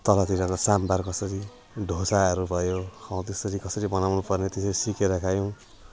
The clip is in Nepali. तलतिरको साम्बार कसरी डोसाहरू भयो हौ त्यसरी कसरी बनाउनु पर्ने त्यो चाहिँ सिकेर खायौँ